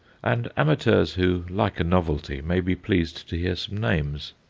and amateurs who like a novelty may be pleased to hear some names.